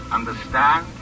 Understand